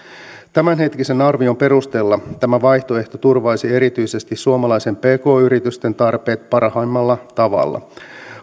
tämänhetkisen arvion perusteella tämä vaihtoehto turvaisi erityisesti suomalaisten pk yritysten tarpeet parhaimmalla tavalla